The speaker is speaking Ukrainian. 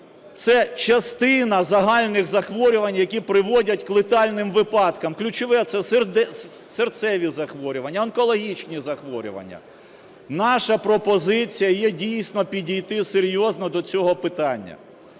це частина загальних захворювань, які приводять к летальним випадкам. Ключове – це серцеві захворювання, онкологічні захворювання. Наша пропозиція є дійсно підійти серйозно до цього питання.